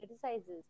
criticizes